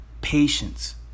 Patience